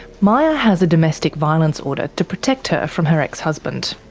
maya has a domestic violence order to protect her from her ex-husband.